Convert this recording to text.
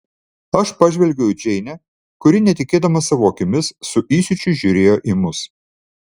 aš pažvelgiau į džeinę kuri netikėdama savo akimis su įsiūčiu žiūrėjo į mus